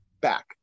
back